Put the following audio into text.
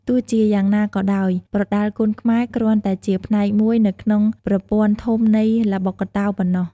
ទោះជាយ៉ាងណាក៏ដោយ ប្រដាល់គុនខ្មែរគ្រាន់តែជាផ្នែកមួយនៅក្នុងប្រព័ន្ធធំនៃល្បុក្កតោប៉ុណ្ណោះ។